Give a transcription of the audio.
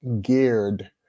geared